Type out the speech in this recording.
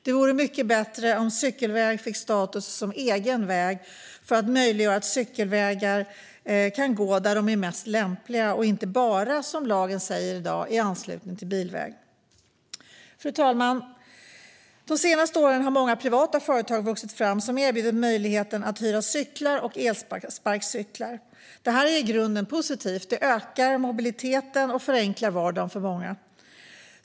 Det vore mycket bättre om cykelväg fick status som egen väg, för att möjliggöra att cykelvägar kan gå där de är mest lämpliga och inte, som lagen säger i dag, bara i anslutning till bilväg. Fru talman! De senaste åren har det vuxit fram många privata företag som erbjuder möjligheten att hyra cyklar och elsparkcyklar. Det är i grunden positivt; det ökar mobiliteten och förenklar vardagen för många.